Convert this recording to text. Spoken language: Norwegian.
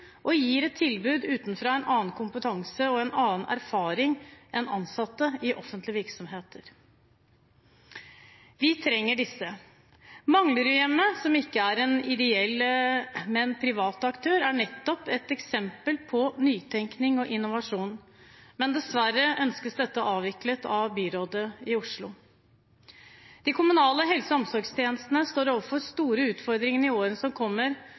og gir et tilbud ut ifra en annen kompetanse og en annen erfaring enn ansatte i offentlige virksomheter. Vi trenger disse. Manglerudhjemmet, som ikke er en ideell, men en privat aktør, er nettopp et eksempel på nytenkning og innovasjon, men dessverre ønskes dette avviklet av byrådet i Oslo. De kommunale helse- og omsorgstjenestene står overfor store utfordringer i årene som kommer,